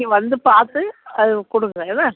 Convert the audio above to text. நீ வந்து பார்த்து அது கொடுங்க என்ன